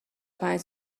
پنج